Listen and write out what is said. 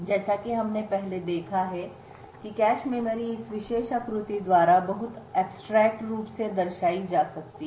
जैसा कि हमने पहले देखा है कि कैश मेमोरी इस विशेष आकृति द्वारा बहुत abstract रूप से दर्शाई जा सकती हैं